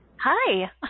Hi